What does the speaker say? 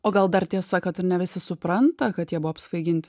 o gal dar tiesa kad ir ne visi supranta kad jie buvo apsvaiginti